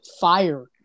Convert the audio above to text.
fire